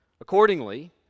Accordingly